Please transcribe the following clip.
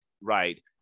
Right